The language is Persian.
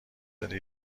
بده